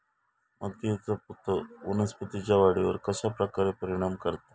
मातीएचा पोत वनस्पतींएच्या वाढीवर कश्या प्रकारे परिणाम करता?